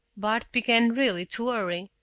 bart began really to worry.